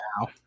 now